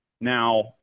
Now